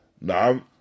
Now